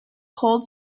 cold